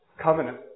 covenant